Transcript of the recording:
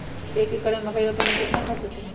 एक एकर में मकई रोपे में कितना खर्च अतै?